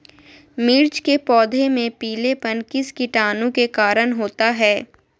मिर्च के पौधे में पिलेपन किस कीटाणु के कारण होता है?